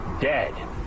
dead